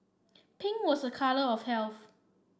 pink was a colour of health